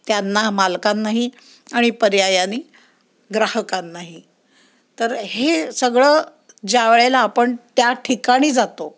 त्यांना मालकांनाही आणि पर्यायानी ग्राहकांनाही तर हे सगळं ज्यावेळेला आपण त्या ठिकाणी जातो